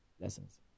lessons